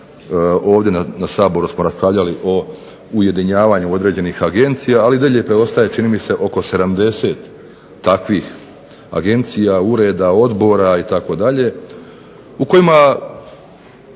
Ovdje na Saboru smo raspravljali o ujedinjavanju određenih agencija, ali i dalje preostaje čini mi se oko 70 takvih agencija, ureda, odbora itd. u kojima